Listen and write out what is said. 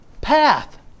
path